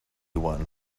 one